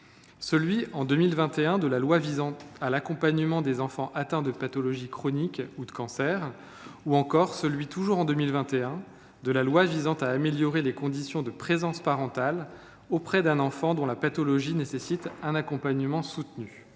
celui, en 2021, de la loi visant à l’accompagnement des enfants atteints de pathologie chronique ou de cancer ; ou encore celui, toujours en 2021, de la loi visant à améliorer les conditions de présence parentale auprès d’un enfant dont la pathologie nécessite un accompagnement soutenu.